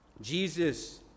Jesus